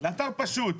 לאתר פשוט,